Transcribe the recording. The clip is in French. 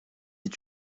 est